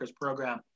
program